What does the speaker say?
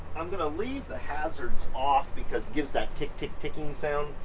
i'm gonna leave the hazards off, because gives that tick-tick-ticking sound.